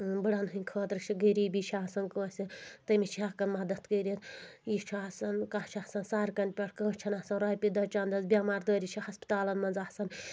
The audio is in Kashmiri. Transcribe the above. بٕڑن ہٕنٛدۍ خٲطرٕ چھِ غریٖبی چھِ آسان کٲنٛسہِ تٔمِس چھِ ہٮ۪کان مدد کٔرتھ یہِ چھُ آسان کانٛہہ چھُ آسان سرکن پٮ۪ٹھ کٲنٛسہِ چھنہٕ آسان رۄپیہِ دہ چندس بٮ۪مار دٲری چھِ ہسپتالن منٛز آسان